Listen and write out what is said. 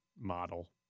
model